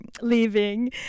leaving